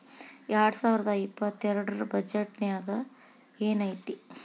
ಎರ್ಡ್ಸಾವರ್ದಾ ಇಪ್ಪತ್ತೆರ್ಡ್ ರ್ ಬಜೆಟ್ ನ್ಯಾಗ್ ಏನೈತಿ?